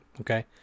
okay